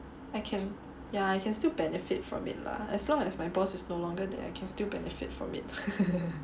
I can ya I can still benefit from it lah as long as my boss is no longer there I can still benefit from it